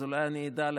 אז אולי אני אדע לאלתר.